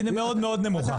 היא מאוד מאוד נמוכה.